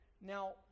Now